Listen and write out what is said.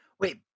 Wait